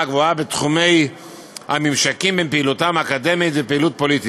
גבוהה בתחומי הממשקים בין פעילותם האקדמית ופעילות פוליטית,